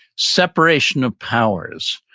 separation of powers,